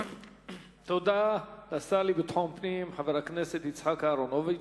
תודה לשר לביטחון הפנים חבר הכנסת יצחק אהרונוביץ.